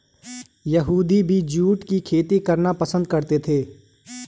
यहूदी भी जूट की खेती करना पसंद करते थे